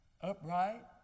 upright